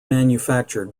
manufactured